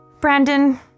Brandon